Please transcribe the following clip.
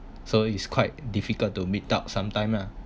so it's quite difficult to meet up sometime ah